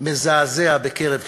מזעזע בקרב קשישים.